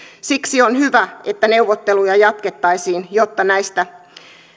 siksi on hyvä että neuvotteluja jatkettaisiin jotta näistä